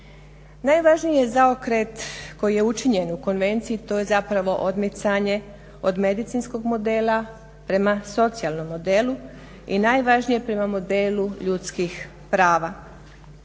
Najvažniji zaokret koji je učinjen u konvenciji to je odmicanje od medicinskog modela prema socijalnom modelu i najvažnije prema modelu ljudskih prava.